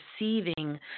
receiving